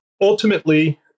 ultimately